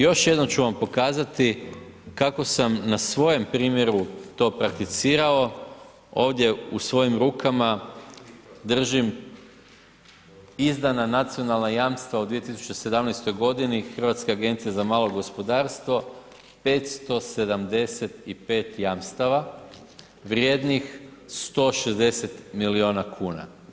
Još jednom ću vam pokazati kako sam na svojem primjeru to prakticirao, ovdje u svojim rukama držim izdana nacionalna jamstva u 2017. g. Hrvatska agencija za malo gospodarstvo, 575 jamstava, vrijednih 160 milijuna kuna.